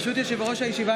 ברשות יושב-ראש הישיבה,